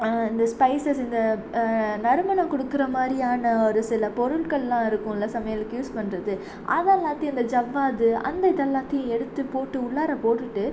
இந்த ஸ்பைசஸ் இந்த நறுமணம் கொடுக்குற மாதிரியான ஒரு சில பொருட்கள்லாம் இருக்குமில்ல சமையலுக்கு யூஸ் பண்ணுறது அதை எல்லாத்தையும் அந்த ஜவ்வாது அந்த இது எல்லாத்தையும் எடுத்து போட்டு உள்ளார போட்டுட்டு